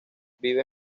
vive